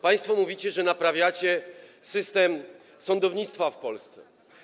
Państwo mówicie, że naprawiacie system sądownictwa w Polsce.